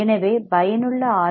எனவே பயனுள்ள ஆர்